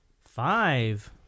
Five